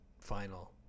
final